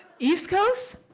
east coast?